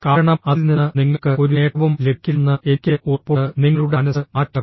കാരണം അതിൽ നിന്ന് നിങ്ങൾക്ക് ഒരു നേട്ടവും ലഭിക്കില്ലെന്ന് എനിക്ക് ഉറപ്പുണ്ട് നിങ്ങളുടെ മനസ്സ് മാറ്റുക